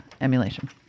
emulation